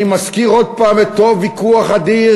אני מזכיר עוד פעם את אותו ויכוח אדיר,